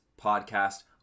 podcast